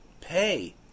Pay